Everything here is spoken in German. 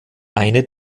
eine